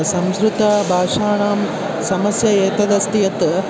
संस्कृतभाषाणां समस्या एतद् अस्ति यत्